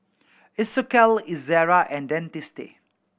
Isocal Ezerra and Dentiste